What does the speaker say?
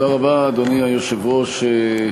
אדוני היושב-ראש,